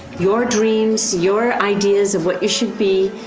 your dreams, your ideas of what you should be,